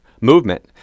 movement